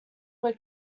were